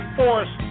force